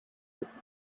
dessen